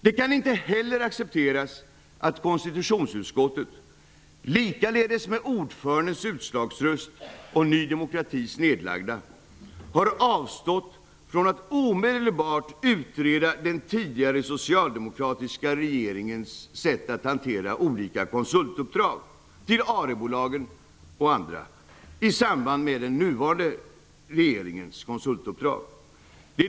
Det kan inte heller accepteras att konstitutionsutskottet, likaledes genom ordförandens utslagsröst och Ny demokratis nedlagda röst, har avstått från att omedelbart utreda den tidigare socialdemokratiska regeringens sätt att hantera olika konsultuppdrag till ARE bolagen och andra i samband med utredningen av den nuvarande regeringens konsultuppdrag.